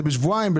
זה בשבועיים,